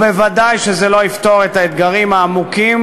וודאי שזה לא יפתור את האתגרים העמוקים